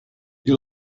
you